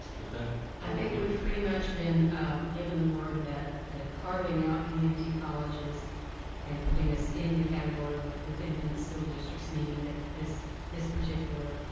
i think we've pretty much been given the word that that carving out community colleges and putting us in the category with with independent school districts meaning that this this particular